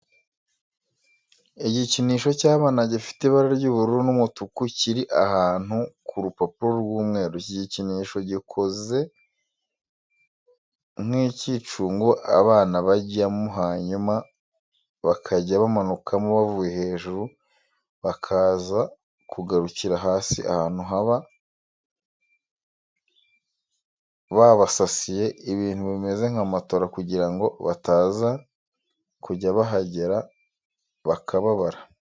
Igikinisho cy'abana gifite ibara ry'ubururu n'umutuku kiri ahantu ku rupapuro rw'umweru. Iki gikinisho gikoze nk'icyicungo abana bajyamo hanyuma bakajya bamanukamo bavuye hejuru bakaza kugarukira hasi ahantu baba babasasiye ibintu bimeze nka matora kugira ngo bataza kujya bahagera bakababara.